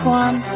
one